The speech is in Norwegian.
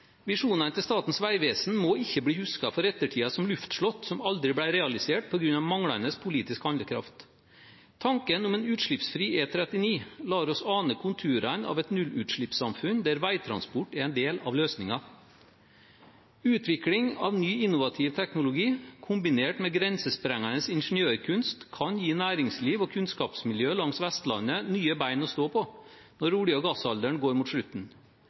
Visjonene til Statens vegvesen må ikke bli husket for ettertiden som luftslott som aldri ble realisert på grunn av manglende politisk handlekraft. Tanken om en utslippsfri E39 lar oss ane konturene av et nullutslippssamfunn der veitransport er en del av løsningen. Utvikling av ny innovativ teknologi kombinert med grensesprengende ingeniørkunst kan gi næringsliv og kunnskapsmiljøer langs Vestlandet nye bein å stå på når olje- og gassalderen går mot slutten.